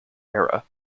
era